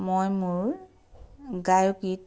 মই মোৰ গায়কীত